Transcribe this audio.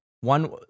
One